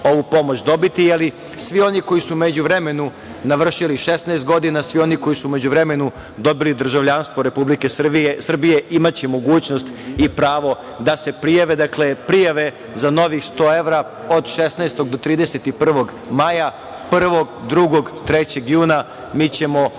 ovu pomoć dobiti, ali svi oni koji su u međuvremenu navršili 16 godina, svi oni koji su u međuvremenu dobili državljanstvu Republike Srbije imaće mogućnost i pravo da se prijave. Prijave za novih 100 evra od 16. do 31. maja, 1, 2, 3. juna mi ćemo